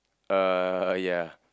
uh ya